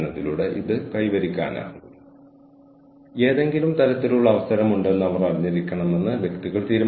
ഭാവിയിൽ എപ്പോഴെങ്കിലും ചില സംഘടനകൾ ഉണ്ടാകാൻ സാധ്യതയുണ്ട്